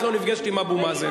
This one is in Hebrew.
את לא נפגשת עם אבו מאזן.